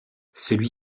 celui